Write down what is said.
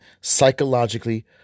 psychologically